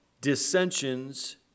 dissensions